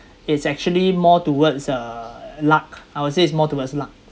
it's actually more towards uh luck I would say it's more towards luck